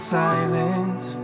silence